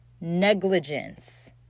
negligence